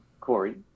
Corey